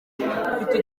mfite